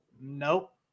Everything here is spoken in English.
Nope